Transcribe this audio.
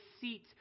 seat